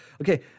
Okay